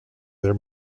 their